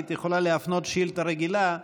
היית יכולה להפנות שאילתה רגילה,